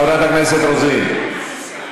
כולם, חברת הכנסת רוזין, חברת הכנסת רוזין.